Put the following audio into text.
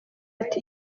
ati